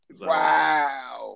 wow